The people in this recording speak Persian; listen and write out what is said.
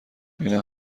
اینا